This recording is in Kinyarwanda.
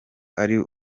ari